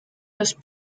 los